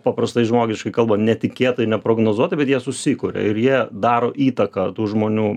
paprastai žmogiškai kalbant netikėtai neprognozuotai bet jie susikuria ir jie daro įtaką tų žmonių